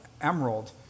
emerald